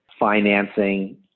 financing